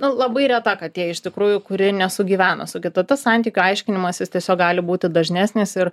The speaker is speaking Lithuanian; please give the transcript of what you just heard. nu labai reta katė iš tikrųjų kuri nesugyvena su kita tas santykių aiškinimasis tiesiog gali būti dažnesnis ir